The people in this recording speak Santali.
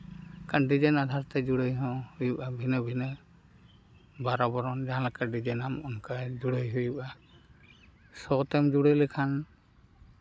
ᱰᱤᱡᱟᱭᱤᱱ ᱟᱫᱷᱟᱨ ᱛᱮ ᱡᱩᱲᱟᱹᱭ ᱦᱚᱸ ᱦᱩᱭᱩᱜᱼᱟ ᱵᱷᱤᱱᱟᱹ ᱵᱷᱤᱱᱟᱹ ᱵᱟᱨᱚ ᱵᱚᱨᱚᱱ ᱡᱟᱦᱟᱸ ᱞᱮᱠᱟ ᱰᱤᱡᱟᱭᱤᱱ ᱟᱢ ᱚᱱᱠᱟ ᱡᱩᱲᱟᱹᱭ ᱦᱩᱭᱩᱜᱼᱟ ᱥᱚᱛᱮᱢ ᱡᱩᱲᱟᱹᱣ ᱞᱮᱠᱷᱟᱱ